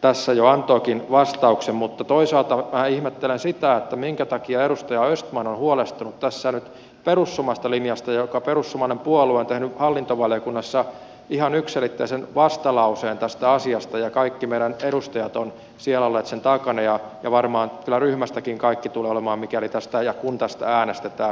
tässä jo antoikin vastauksen mutta toisaalta vähän ihmettelen sitä minkä takia edustaja östman on huolestunut tässä nyt perussuomalaisten linjasta kun perussuomalainen puolue on tehnyt hallintovaliokunnassa ihan yksiselitteisen vastalauseen tästä asiasta ja kaikki meidän edustajat ovat siellä olleet sen takana ja varmaan kyllä ryhmästäkin kaikki tulevat olemaan mikäli ja kun tästä äänestetään